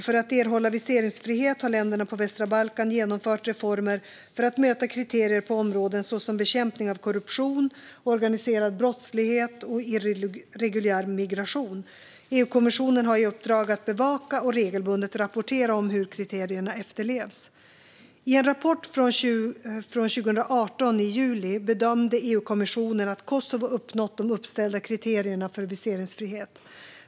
För att erhålla viseringsfrihet har länderna på västra Balkan genomfört reformer för att möta kriterier på områden såsom bekämpning av korruption, organiserad brottslighet och irreguljär migration. EU-kommissionen har i uppdrag att bevaka och regelbundet rapportera om hur kriterierna efterlevs. I en rapport från juli 2018 bedömde EU-kommissionen att Kosovo uppnått de uppställda kriterierna för viseringsfrihet.